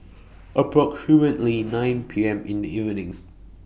approximately nine P M in The evening